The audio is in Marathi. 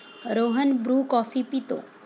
रोहन ब्रू कॉफी पितो